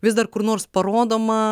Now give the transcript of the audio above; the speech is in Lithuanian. vis dar kur nors parodoma